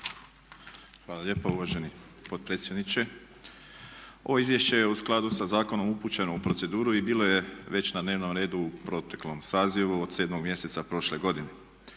Hvala lijepo uvaženi potpredsjedniče. Ovo izvješće je u skladu sa zakonom upućeno u proceduru i bilo je već na dnevnom redu u proteklom sazivu od 7 mjeseca prošle godine.